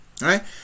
Right